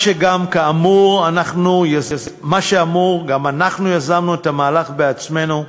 כאמור, גם אנחנו יזמנו את המהלך, בעצמנו,